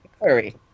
hurry